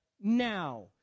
now